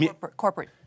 corporate